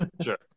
Sure